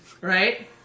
right